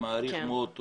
מעריך מאוד.